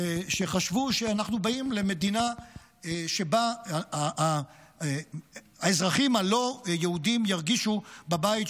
שחשבו שאנחנו באים למדינה שבה האזרחים הלא-יהודים ירגישו בבית,